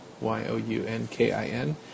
Y-O-U-N-K-I-N